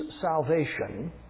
salvation